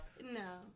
No